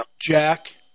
Jack